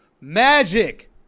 magic